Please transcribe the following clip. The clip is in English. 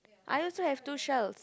I also have two shells